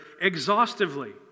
exhaustively